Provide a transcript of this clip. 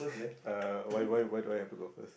uh why why why do I have to go first